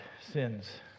sins